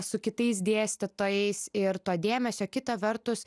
su kitais dėstytojais ir to dėmesio kita vertus